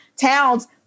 towns